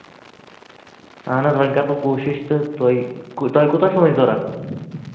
اَہن حظ وۄنۍ کرٕ بہٕ کوٗشِش تہٕ تُہۍ تۄہہِ کوٗتاہ چھُو وۄنۍ ضوٚرَتھ